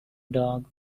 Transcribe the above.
dog